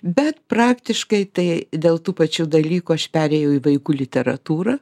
bet praktiškai tai dėl tų pačių dalykų aš perėjau į vaikų literatūrą